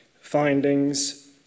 findings